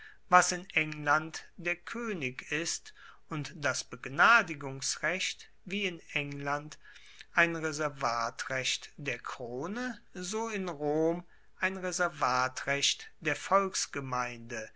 was in england der koenig ist und das begnadigungsrecht wie in england ein reservatrecht der krone so in rom ein reservatrecht der